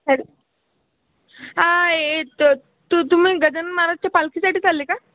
hello आं ए तो तू तुम्ही गजानन महाराजच्या पालखीसाठी चालले का